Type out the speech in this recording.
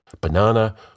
Banana